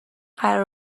قرار